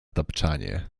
tapczanie